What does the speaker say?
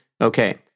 Okay